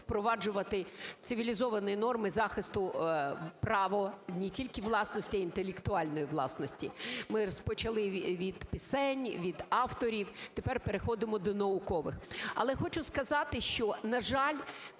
впроваджувати цивілізовані норми захисту прав не тільки власності, а інтелектуальної власності, ми розпочали від пісень, від авторів, тепер переходимо до наукових. Але хочу сказати, що, на жаль,